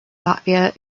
latvia